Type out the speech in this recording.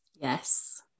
Yes